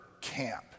camp